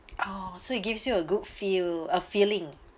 oh so it gives you a good feel a feeling